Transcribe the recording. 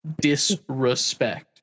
Disrespect